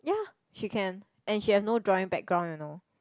ya she can and she have no drawing background you know